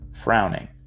frowning